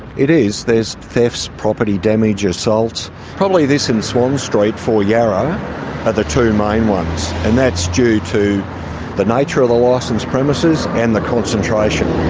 it is. there's thefts, property damage, assaults. probably this and swan street for yarra are the two main ones, and that's due to the nature of the licenced premises and the concentration.